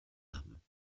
haben